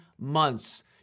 months